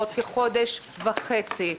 בעוד כחודש וחצי.